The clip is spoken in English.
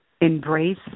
embrace